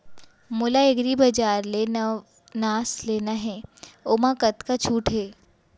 मोला एग्रीबजार ले नवनास लेना हे ओमा कतका छूट हे?